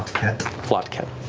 flotket.